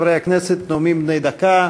חברי הכנסת, נאומים בני דקה.